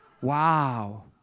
Wow